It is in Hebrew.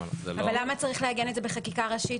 למה צריך לעגן את זה בחקיקה ראשית,